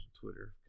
Twitter